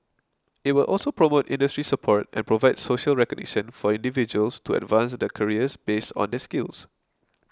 it will also promote industry support and provide social recognition for individuals to advance their careers based on their skills